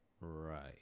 Right